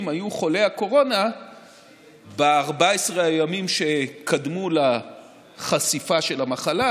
היו חולי הקורונה ב-14 הימים שקדמו לחשיפה של המחלה,